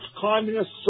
communist